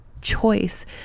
choice